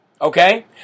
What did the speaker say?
Okay